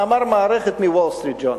מאמר מערכת מ-"Wall Street Journal",